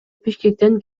бишкектен